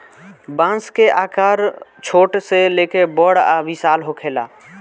बांस के आकर छोट से लेके बड़ आ विशाल होखेला